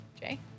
Jay